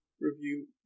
review